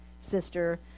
sister